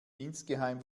insgeheim